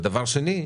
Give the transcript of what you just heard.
ודבר שני,